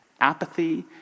apathy